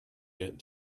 get